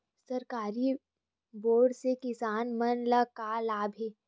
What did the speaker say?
सरकारी बोर से किसान मन ला का लाभ हे?